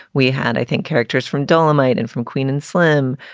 we had i think characters from dolomite and from queen and slim.